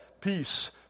peace